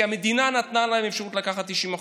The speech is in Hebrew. כי המדינה נתנה להם אפשרות לקחת 90%,